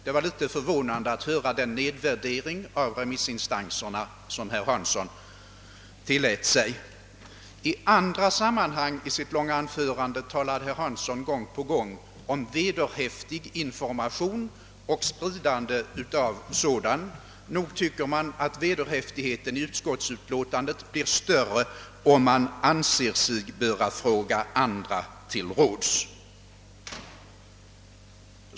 Det var något förvånande att höra den nedvärdering av remissinstanserna som herr Hansson tillät sig. I sitt långa anförande talade herr Hansson själv gång på gång om vikten av vederhäftig information och om spridande av sådan. Nog tycker man att vederhäftigheten i ett utskottsutlåtande skulle bli större om utskotiet frågar andra till råds.